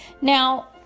Now